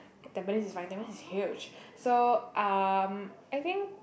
tampines is fine tampines is huge so um I think